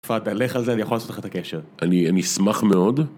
תפדל, לך על זה, אני יכול לעשות לך את הקשר. אני אשמח מאוד.